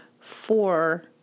four